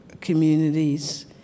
communities